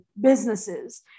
businesses